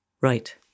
Right